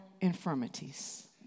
infirmities